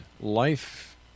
life